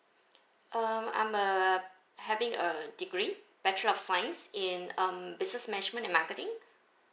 um I'm a having a degree bachelor of science in um business management and marketing